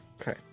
Okay